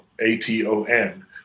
Aton